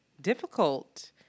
difficult